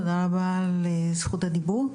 תודה רבה על זכות הדיבור.